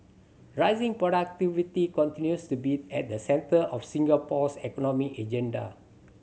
raising productivity continues to be at the centre of Singapore's economic agenda